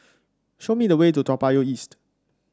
show me the way to Toa Payoh East